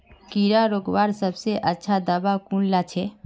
कीड़ा रोकवार सबसे अच्छा दाबा कुनला छे?